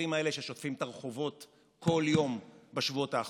לצעירים האלה ששוטפים את הרחובות כל יום בשבועות האחרונים.